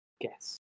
Guess